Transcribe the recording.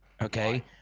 okay